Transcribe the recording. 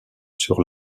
sur